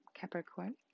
Capricorn